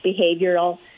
behavioral